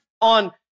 on